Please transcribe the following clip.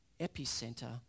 epicenter